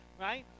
right